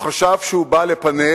הוא חשב שהוא בא לפאנל,